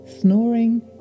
Snoring